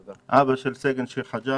אבא של סגן שיר חג'אג',